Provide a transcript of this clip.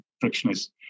frictionless